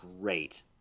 great